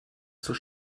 zur